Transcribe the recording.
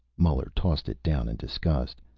muller tossed it down in disgust.